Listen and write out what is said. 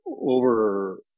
over